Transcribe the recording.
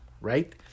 right